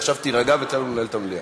עכשיו תירגע ותן לנו לנהל את המליאה,